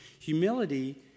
Humility